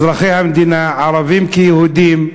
אזרחי המדינה, ערבים כיהודים,